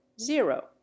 zero